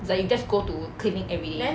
it's like you just go to clinic everyday